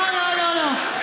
לא, לא, לא, לא.